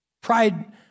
Pride